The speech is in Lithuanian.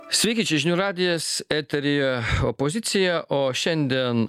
sveiki čia žinių radijas eteryje opozicija o šiandien